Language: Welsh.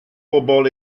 bobol